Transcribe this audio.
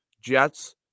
Jets